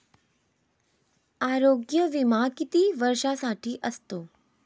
आरोग्य विमा किती वर्षांसाठी असतो?